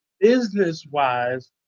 business-wise